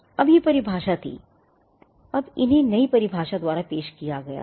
अब ये परिभाषा थी अब इन्हें नई परिभाषा द्वारा पेश किया गया था